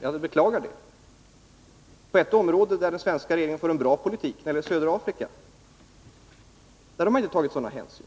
Jag beklagar att han nu gör det. På ett område där den svenska regeringen för en bra politik, nämligen när det gäller södra Afrika, har man inte tagit sådana hänsyn.